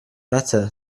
better